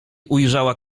ujrzała